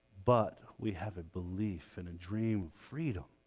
but we have a belief in a dream freedom